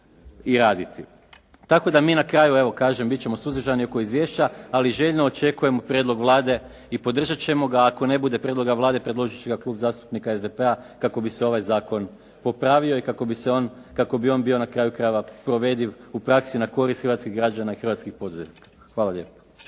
i raditi. Tako da mi na kraju evo kažem bit ćemo suzdržani oko izvješća, ali željno očekujemo prijedlog Vlade i podržat ćemo ga ako ne bude prijedloga Vlade, predložit će ga Klub zastupnika SDP-a kako bi se ovaj zakon popravio i kako bi on bio na kraju krajeva provediv u praksi na korist hrvatskih građana i hrvatskih poduzetnika. Hvala lijepo.